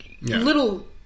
little